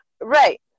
Right